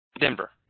Denver